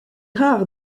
rare